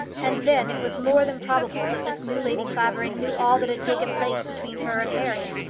and then it was more than probable that this new lady clavering knew all that had taken place between her and harry.